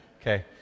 Okay